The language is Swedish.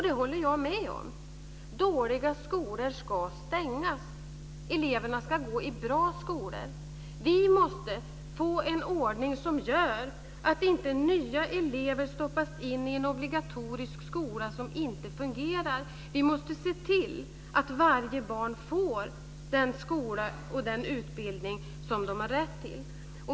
Det håller jag med om. Dåliga skolor ska stängas. Eleverna ska gå i bra skolor. Vi måste få en ordning som gör att inte nya elever stoppas in i en obligatorisk skola som inte fungerar. Vi måste se till att varje barn får den skola och den utbildning som det har rätt till.